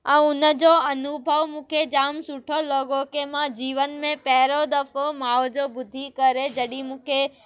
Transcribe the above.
ऐं उन जो अनुभव मूंखे जाम सुठो लॻो की मां जीवन में पहिरों दफ़ो माउ जो ॿुधी करे जॾहिं मूंखे